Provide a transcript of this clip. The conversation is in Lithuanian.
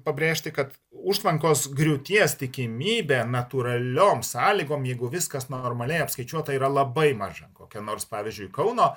pabrėžti kad užtvankos griūties tikimybė natūraliom sąlygom jeigu viskas normaliai apskaičiuota yra labai maža kokia nors pavyzdžiui kauno